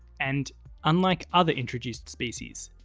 and unlike other introduced species,